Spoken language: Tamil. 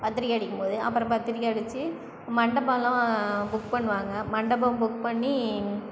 பத்திரிக்கை அடிக்கும் போது அப்புறம் பத்திரிக்கை அடித்து மண்டபல்லாம் புக் பண்ணுவாங்க மண்டபம் புக் பண்ணி